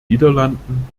niederlanden